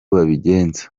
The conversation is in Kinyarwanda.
babigenza